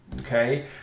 Okay